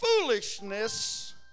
foolishness